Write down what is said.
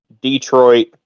Detroit